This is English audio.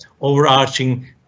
overarching